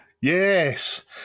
Yes